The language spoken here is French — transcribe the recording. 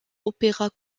opéras